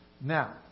Now